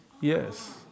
Yes